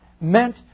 meant